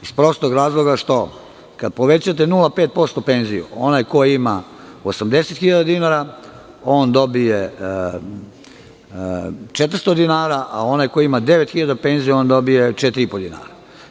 Iz prostog razloga što, kada povećate 0,5% penziju, onaj ko ima 80.000 dinara, on dobije 400 dinara, a onaj ko ima 9.000 dinara penziju, on dobije 4,5 dinara.